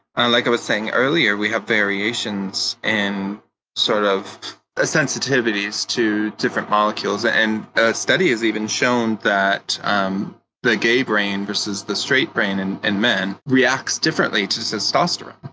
and like i was saying earlier, we have variations in sort of sensitivities to different molecules, and ah studies have even shown that um the gay brain versus the straight brain, in and men, reacts differently to testosterone.